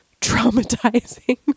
traumatizing